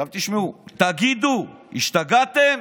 עכשיו תשמעו: תגידו, השתגעתם?